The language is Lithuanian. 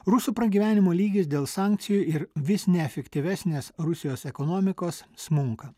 rusų pragyvenimo lygis dėl sankcijų ir vis neefektyvesnės rusijos ekonomikos smunka